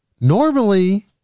Normally